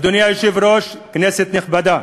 אדוני היושב-ראש, כנסת נכבדה,